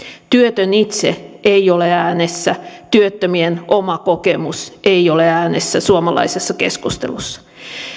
työtön itse ei ole äänessä työttömien oma kokemus ei ole äänessä suomalaisessa keskustelussa